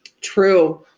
True